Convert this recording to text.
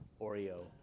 Oreo